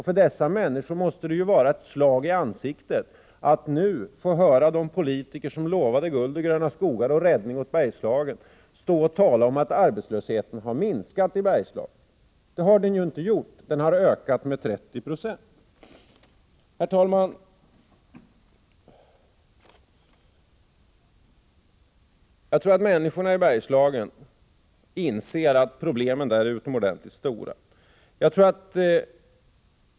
För dessa människor måste det vara ett slag i ansiktet att nu få höra de politiker som lovade guld och gröna skogar och räddning åt Bergslagen tala om att arbetslösheten har minskat i Bergslagen. Det har den inte gjort, utan den har ökat med 30 90. Herr talman! Jag tror att människorna i Bergslagen inser att problemen där är utomordentligt stora.